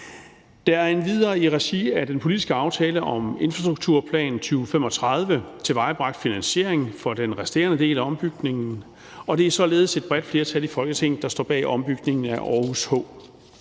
Der er endvidere i regi af den politiske aftale om infrastrukturplan 2035 tilvejebragt finansiering for den resterende del af ombygningen, og det er således et bredt flertal i Folketinget, der står bag ombygningen af Aarhus H.